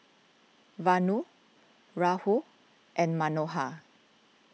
Vanu Rahul and Manohar